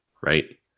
right